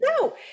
No